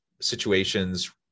situations